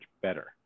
better